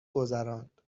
گذراند